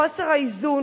חוסר האיזון.